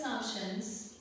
assumptions